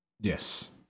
Yes